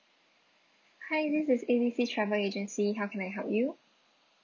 hi this is A B C travel agency how can I help you